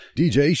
dj